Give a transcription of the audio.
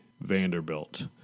Vanderbilt